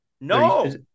No